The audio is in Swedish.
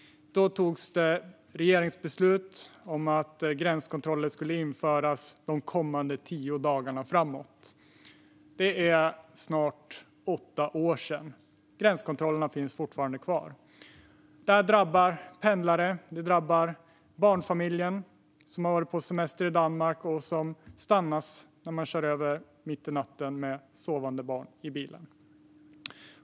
Då fattade regeringen beslut om att gränskontroller skulle införas och pågå under nästföljande tio dagar. Det är snart åtta år sedan. Gränskontrollerna finns fortfarande kvar. De drabbar pendlare, och de drabbar barnfamiljer som varit på semester i Danmark och som stannas när de kör över mitt i natten med sovande barn i bilen.